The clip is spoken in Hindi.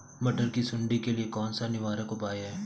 मटर की सुंडी के लिए कौन सा निवारक उपाय है?